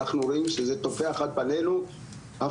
אנחנו רואים שזה טופח על פנינו הפוך,